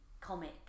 comic